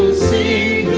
see